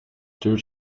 dúirt